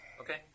Okay